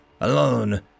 alone